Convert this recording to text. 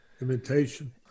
imitation